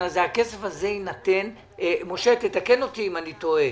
הכסף הזה יינתן - משה, תתקן אותי אם אני טועה